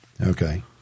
Okay